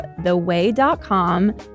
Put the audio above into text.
theway.com